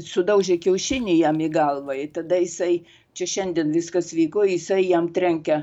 sudaužė kiaušinį jam į galvą ir tada jisai čia šiandien viskas vyko jisai jam trenkė